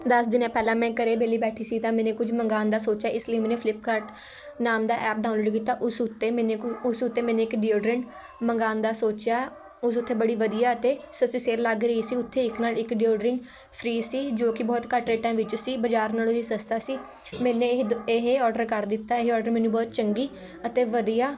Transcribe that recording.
ਦਸ ਦਿਨ ਪਹਿਲਾਂ ਮੈਂ ਘਰ ਵਿਹਲੀ ਬੈਠੀ ਸੀ ਤਾਂ ਮੈਨੇ ਕੁਝ ਮੰਗਾਉਣ ਦਾ ਸੋਚਿਆ ਇਸ ਲਈ ਮੈਨੇ ਫਲਿਪਕਾਰਟ ਨਾਮ ਦਾ ਐਪ ਡਾਊਨਲੋਡ ਕੀਤਾ ਉਸ ਉੱਤੇ ਮੈਨੇ ਕੁ ਉਸ ਉੱਤੇ ਮੈਨੇ ਇੱਕ ਡਿਓਡਰੈਂਟ ਮੰਗਾਉਣ ਦਾ ਸੋਚਿਆ ਉਸ ਉੱਤੇ ਬੜੀ ਵਧੀਆ ਅਤੇ ਸਸਤੀ ਸੇਲ ਲੱਗ ਰਹੀ ਸੀ ਉੱਥੇ ਇੱਕ ਨਾਲ ਇੱਕ ਡਿਓਡਰੈਂਟ ਫਰੀ ਸੀ ਜੋ ਕਿ ਬਹੁਤ ਘੱਟ ਰੇਟਾਂ ਵਿੱਚ ਸੀ ਬਜ਼ਾਰ ਨਾਲੋਂ ਵੀ ਸਸਤਾ ਸੀ ਮੈਨੇ ਇਹ ਦ ਔਡਰ ਕਰ ਦਿੱਤਾ ਇਹ ਔਡਰ ਮੈਨੂੰ ਬਹੁਤ ਚੰਗੀ ਅਤੇ ਵਧੀਆ